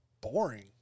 boring